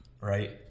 right